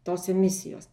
tos emisijos